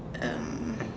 um